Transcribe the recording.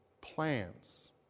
plans